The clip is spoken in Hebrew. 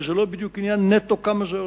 וזה לא בדיוק עניין נטו כמה זה עולה.